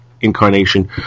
incarnation